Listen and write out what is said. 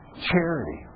charity